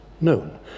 known